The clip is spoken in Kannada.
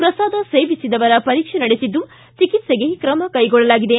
ಪ್ರಸಾದ ಸೇವಿಸಿದವರ ಪರೀಕ್ಷೆ ನಡೆಸಿದ್ದು ಚಿಕಿತ್ಸೆಗೆ ಕ್ರಮ ಕೈಗೊಳ್ಳಲಾಗಿದೆ